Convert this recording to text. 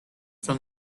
from